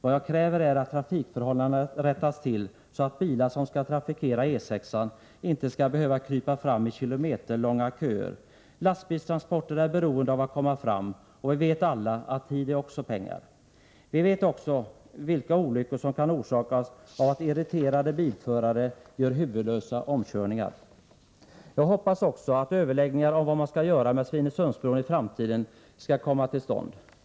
Vad jag kräver är att trafikförhållandena rättas till så att bilar som skall trafikera E 6-an inte behöver krypa fram i kilometerlånga köer. Lastbilstransporter är beroende av att komma fram, och vi vet alla att tid är också pengar. Vidare vet vi vilka olyckor som kan orsakas av att irriterade bilförare gör huvudlösa omkörningar. Jag hoppas också att överläggningar skall komma till stånd om vad man = Nr 7 skall göra med Svinesundsbron i framtiden.